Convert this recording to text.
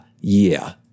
year